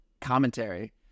commentary